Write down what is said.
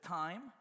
time